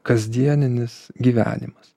kasdienis gyvenimas